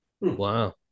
Wow